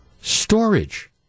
Storage